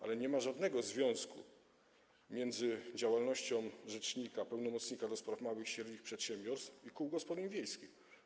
Ale nie ma żadnego związku między działalnością rzecznika, pełnomocnika do spraw małych i średnich przedsiębiorstw i kół gospodyń wiejskich.